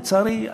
לצערי,